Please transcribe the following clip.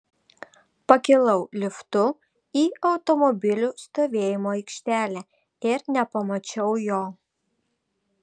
pakilau liftu į automobilių stovėjimo aikštelę ir nepamačiau jo